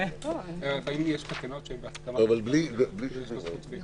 והיא לא רלבנטית.